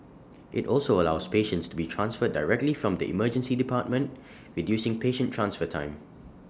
IT also allows patients to be transferred directly from the Emergency Department reducing patient transfer time